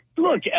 Look